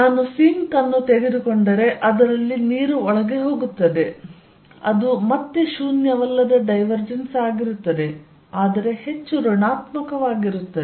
ನಾನು ಸಿಂಕ್ ಅನ್ನು ತೆಗೆದುಕೊಂಡರೆ ಅದರಲ್ಲಿ ನೀರು ಒಳಗೆಹೋಗುತ್ತದೆ ಅದು ಮತ್ತೆ ಶೂನ್ಯವಲ್ಲದ ಡೈವರ್ಜೆನ್ಸ್ ಆಗಿರುತ್ತದೆ ಆದರೆ ಹೆಚ್ಚು ಋಣಾತ್ಮಕವಾಗಿರುತ್ತದೆ